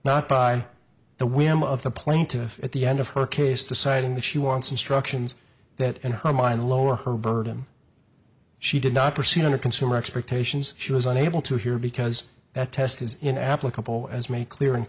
not by the whim of the plaintiff at the end of her case deciding that she wants instructions that in her mind lower her burden she did not proceed under consumer expectations she was unable to hear because that test is in applicable as made clear